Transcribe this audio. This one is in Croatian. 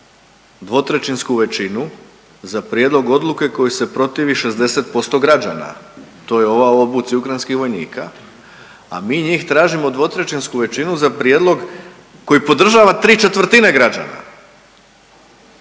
traže 2/3 većinu za prijedlog odluke koji se protivi 60% građa. To je ova o obuci Ukrajinskih vojnika. A mi njih tražimo 2/3 većinu za prijedlog koji podržava 3/4 građana